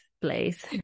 place